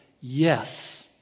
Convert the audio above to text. yes